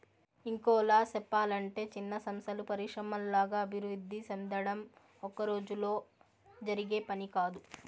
ఇంకోలా సెప్పలంటే చిన్న సంస్థలు పరిశ్రమల్లాగా అభివృద్ధి సెందడం ఒక్కరోజులో జరిగే పని కాదు